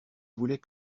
voulait